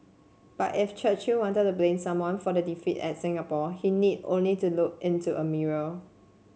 but if Churchill wanted to blame someone for the defeat at Singapore he need only to look into a mirror